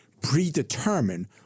predetermine